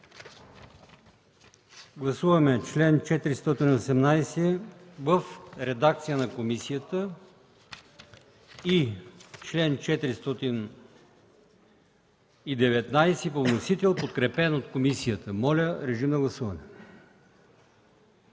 Гласуваме чл. 418 в редакция на комисията и чл. 419 по вносител, подкрепен от комисията. Гласували